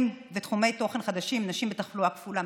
ותחומי תוכן חדשים: אנשים בתחלואה כפולה,